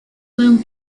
gloom